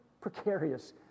precarious